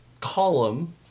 column